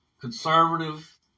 conservative